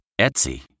Etsy